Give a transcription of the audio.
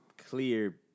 Clear